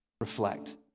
reflect